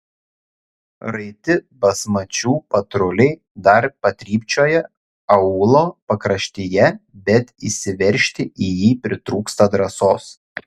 raiti basmačių patruliai dar patrypčioja aūlo pakraštyje bet įsiveržti į jį pritrūksta drąsos